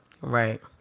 Right